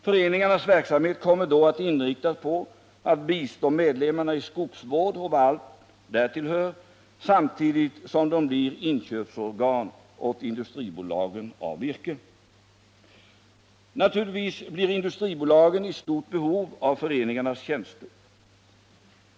Föreningarnas verksamhet kommer då att inriktas på att bistå medlemmarna i skogsvården och vad därtill hör, samtidigt som de blir inkörsorgan för virke åt industribolagen. Naturligtvis blir industribolagen i stort behov av föreningarnas tjänster.